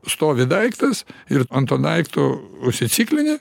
stovi daiktas ir ant to daikto užsiciklinę